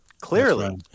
Clearly